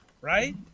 right